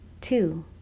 Two